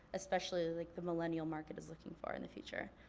especially like the millennial market is looking for in the future.